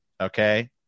okay